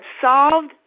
solved